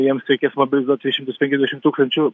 jiems reikės mobilizuot trisdešim penkiasdešim tūkstančių